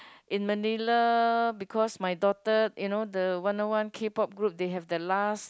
in Manila because my daughter you know the one oh one k-pop group they have the last